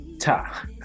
Ta